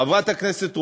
חברת הכנסת רוזין,